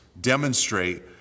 demonstrate